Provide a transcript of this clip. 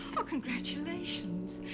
oh, congratulations!